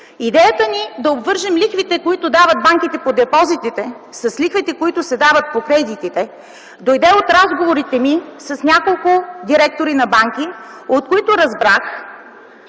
Идеята ни да обвържем лихвите, които дават банките по депозитите, с лихвите, които се дават по кредитите, дойде от разговорите ми с няколко директори на банки, от които разбрах,